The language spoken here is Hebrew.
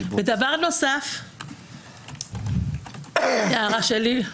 דבר נוסף, הערה שלי,